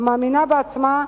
המאמינה בעצמה,